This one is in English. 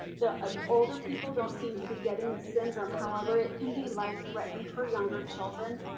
the um older people don't seem to be getting the syndrome. however, it can be life threatening for younger children,